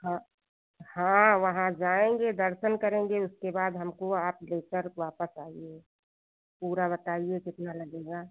हाँ हाँ वहाँ जाएँगे दर्शन करेंगे उसके बाद हमको आप लेकर वापस आइए पूरा बताइए कितना लगेगा